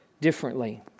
differently